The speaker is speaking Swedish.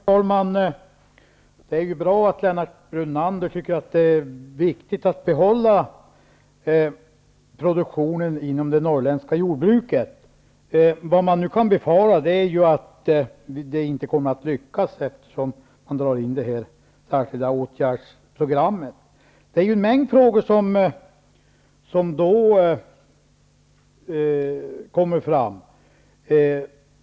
Herr talman! Det är bra att Lennart Brunander tycker att det är viktigt att behålla produktionen inom det norrländska jordbruket. Man kan dock befara att det inte kommer att lyckas, eftersom det särskilda åtgärdsprogrammet dras in. Här kommer en mängd frågor fram.